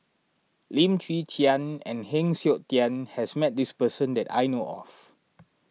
Lim Chwee Chian and Heng Siok Tian has met this person that I know of